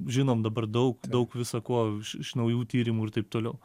žinom dabar daug daug visa ko iš iš naujų tyrimų ir taip toliau